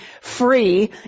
free